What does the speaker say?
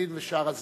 וקנין ושאר הסגנים.